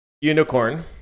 unicorn